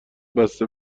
بسته